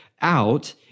out